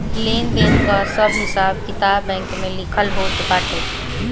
लेन देन कअ सब हिसाब किताब बैंक में लिखल होत बाटे